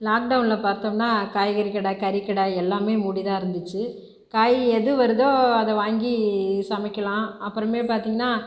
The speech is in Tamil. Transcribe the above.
லாக்டவுனில் பார்த்தோம்னா காய்கறிகடை கறிக்கடை எல்லாமே மூடி தான் இருந்துச்சு காய் எது வருதோ அதை வாங்கி சமைக்கிலாம் அப்புறமே பார்த்தீங்கன்னா